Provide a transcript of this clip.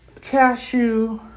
cashew